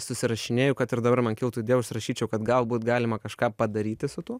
susirašinėju kad ir dabar man kiltų idėja užsirašyčiau kad galbūt galima kažką padaryti su tuo